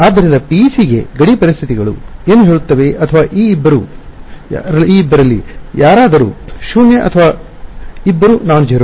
ಆದ್ದರಿಂದ PEC ಗೆ ಗಡಿ ಪರಿಸ್ಥಿತಿಗಳು ಏನು ಹೇಳುತ್ತವೆ ಅಥವಾ ಈ ಇಬ್ಬರು ಹುಡುಗರಲ್ಲಿ ಯಾರಾದರೂ ಶೂನ್ಯ ಅಥವಾ ಇಬ್ಬರೂ ನಾನ್ಜೆರೋ